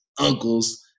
uncles